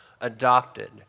adopted